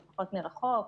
לפחות מרחוק.